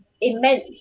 immense